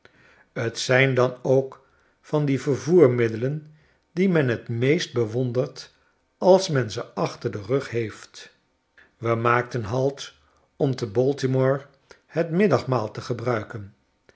t zijn dan ook van die vervoermiddelen die men t meest bewondert als men ze achter den rug heeft we maakten halt om te baltimore het middagmaal te gebruiken